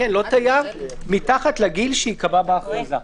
לא תייר "מתחת לגיל שייקבע בהכרזה".